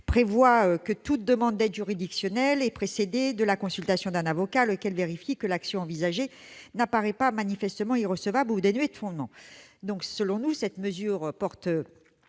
prévoit que toute demande d'aide juridictionnelle est précédée de la consultation d'un avocat, lequel vérifie que l'action envisagée n'apparaît pas manifestement irrecevable ou dénuée de fondement. Selon nous, cette mesure porte